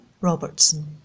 Robertson